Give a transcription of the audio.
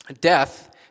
Death